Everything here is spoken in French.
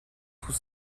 tous